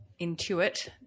intuit